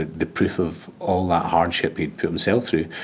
the proof of all that hardship he'd put himself through,